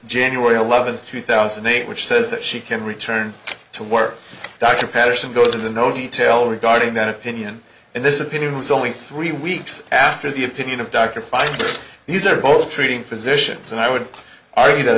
january eleventh two thousand and eight which says that she can return to work dr pettersson goes into no detail regarding that opinion and this opinion was only three weeks after the opinion of dr fine these are both treating physicians and i would argue that